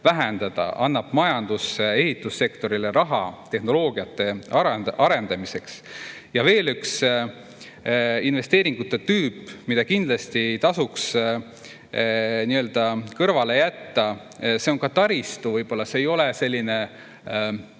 vähendada ning annab majandusse ja ehitussektorile raha tehnoloogiate arendamiseks. Ja on veel üks investeeringute tüüp, mida kindlasti ei tasuks kõrvale jätta. See puudutab taristut, mis võib-olla ei ole selline,